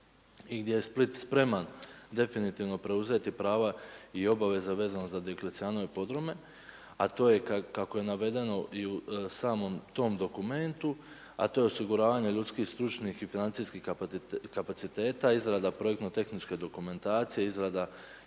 gdje je Split spreman definitivno preuzeti prava i obaveze vezano za Dioklecijanove podrume, a to je kako je navedeno i u samom tom dokumentu, a to je osiguravanje ljudskih, stručnih i financijskih kapaciteta, izrada projektno tehničke dokumentacije, izrada i